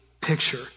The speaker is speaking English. picture